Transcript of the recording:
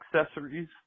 accessories